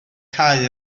cau